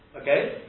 okay